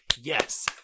yes